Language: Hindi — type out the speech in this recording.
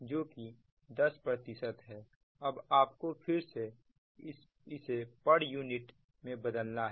जो कि 10 है अब आप को फिर से इसे पर यूनिट में बदलना है